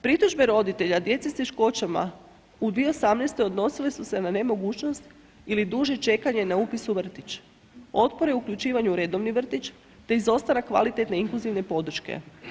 Pritužbe roditelja djece s teškoćama u 2018. odnosile su se na nemogućnost ili duže čekanje na upis u vrtić, otpore u uključivanju u redovni vrtić te izostanak kvalitetne inkluzivne podrške.